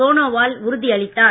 சோனோவால் உறுதியளித்தார்